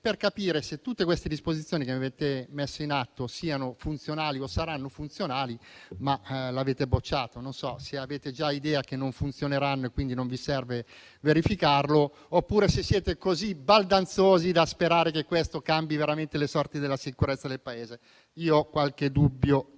per capire se tutte queste disposizioni che avete messo in atto siano o saranno funzionali, ma l'avete bocciato. Non so se avete già idea che non funzioneranno e quindi non vi serve verificarlo, oppure se siete così baldanzosi da sperare che questo cambi veramente le sorti della sicurezza del Paese. Io qualche dubbio